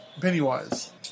Pennywise